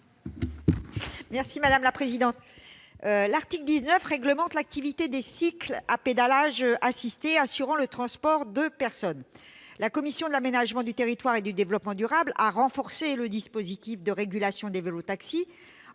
sur l'article. Cet article réglemente l'activité des cycles à pédalage assisté assurant le transport de personnes. La commission de l'aménagement du territoire et du développement durable a renforcé le dispositif de régulation des vélos-taxis